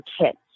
kits